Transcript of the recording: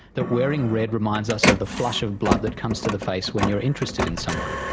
that wearing red reminds us of the flush of blood that comes to the face when you are interested in someone.